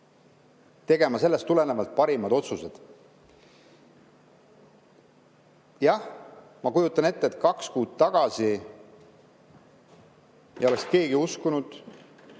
tegema sellest tulenevalt parimad otsused. Jah, ma kujutan ette, et kaks kuud tagasi ei oleks keegi uskunud